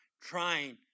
trying